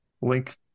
link